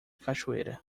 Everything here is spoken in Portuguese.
cachoeira